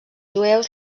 jueus